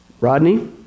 Rodney